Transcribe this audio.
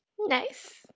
nice